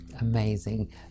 Amazing